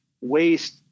waste